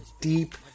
deep